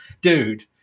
dude